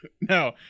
No